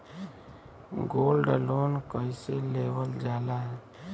Gold loan कईसे लेवल जा ला?